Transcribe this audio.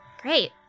Great